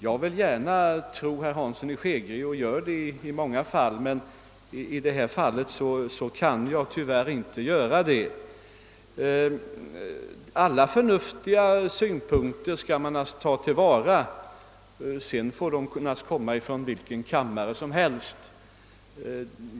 Jag vill gärna tro herr Hansson i Skegrie och gör det ofta, men i det här fallet kan jag det tyvärr inte. Alla förnuftiga synpunkter skall man naturligtvis ta till vara, sedan får de komma från vilken av kamrarna som helst.